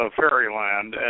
fairyland